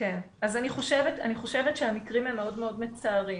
אני חושבת שהמקרים הם מאוד מצערים